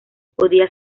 podía